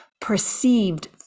perceived